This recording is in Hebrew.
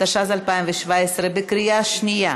התשע"ז 2017, בקריאה שנייה.